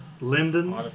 Linden